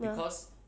ya